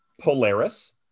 Polaris